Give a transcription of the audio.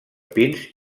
pins